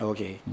Okay